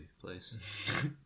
place